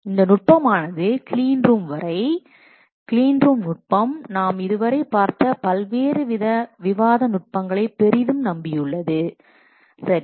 எனவே இந்த நுட்பம் ஆனது கிளீன் ரூம் வரை கிளீன் ரூம் நுட்பம் நாம் இதுவரை பார்த்த பல்வேறு விவாத நுட்பங்களை பெரிதும் நம்பியுள்ளது சரி